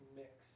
mix